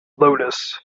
lotus